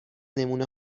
نمونه